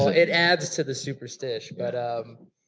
so it adds to the superstish. but, um